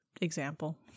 example